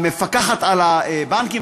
למפקחת על הבנקים,